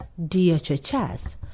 DHHS